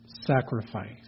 sacrifice